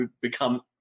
become